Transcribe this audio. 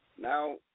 Now